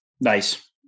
Nice